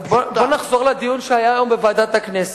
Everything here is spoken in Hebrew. בוא נחזור לדיון שהיה היום בוועדת הכנסת,